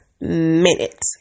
minute